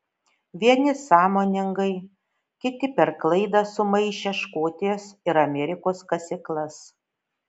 vieni sąmoningai kiti per klaidą sumaišę škotijos ir amerikos kasyklas